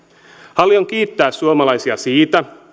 haluan kiittää suomalaisia siitä